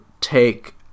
take